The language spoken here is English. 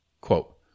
quote